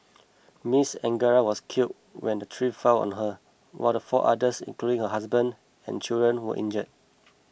Miss Angara was killed when the tree fell on her while four others including her husband and children were injured